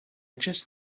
just